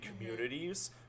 communities